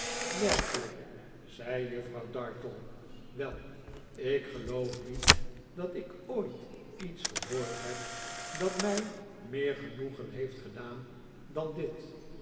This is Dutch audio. werkelijk zei juffrouw dartle wel ik geloof niet dat ik ooit iets gehoord heb dat mij meer genoegen heeft gedaan dan dit